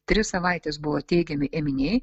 tris savaites buvo teigiami ėminiai